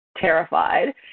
terrified